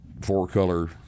four-color